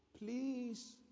Please